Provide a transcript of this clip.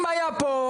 חיים היה פה,